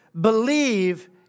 believe